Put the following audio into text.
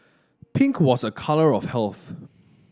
pink was a colour of health